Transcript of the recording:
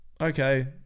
okay